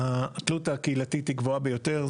התלות הקהילתית היא גבוהה ביותר.